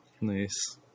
nice